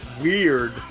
weird